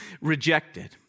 rejected